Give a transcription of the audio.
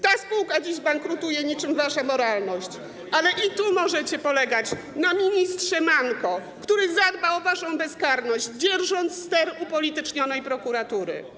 Ta spółka dziś bankrutuje niczym wasza moralność, ale i tu możecie polegać na ministrze manko, który zadba o waszą bezkarność, dzierżąc ster upolitycznionej prokuratury.